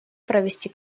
провести